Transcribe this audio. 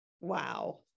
wow